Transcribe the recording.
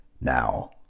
Now